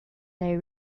they